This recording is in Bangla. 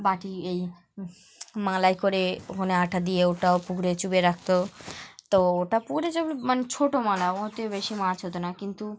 বাটি এই মালাই করে ওখানে আটা দিয়ে ওটাও পুকুরে চুপে রাখতো তো ওটা পুকুরে চ মানে ছোটো মালা ওতে বেশি মাছ হতো না কিন্তু